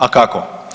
A kako?